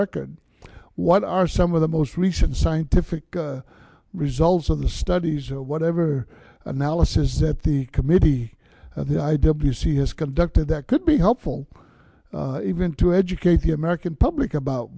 record what are some of the most recent scientific results of the studies or whatever analysis that the committee of the i w c has conducted that could be helpful even to educate the american public about